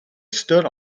stood